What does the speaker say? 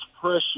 pressure